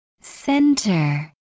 Center